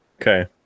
Okay